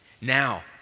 Now